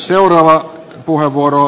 seuraava puheenvuoro